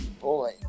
boy